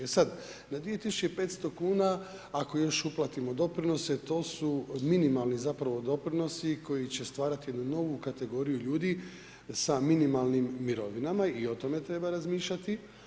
E sad na 2500 kn ako još uplatimo doprinose, to su minimalni zapravo doprinosi koji će stvarati novu kategoriju ljudi sa minimalnim mirovinama, i o tome treba razmišljati.